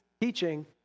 teaching